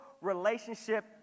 relationship